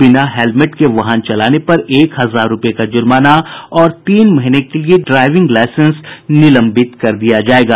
बिना हेल्मेट के वाहन चलाने पर एक हजार रूपये का जुर्माना और तीन महीने के लिए ड्राईविंग लाईसेंस निलंबित कर दिया जायेगा